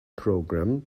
program